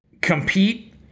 compete